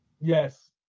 Yes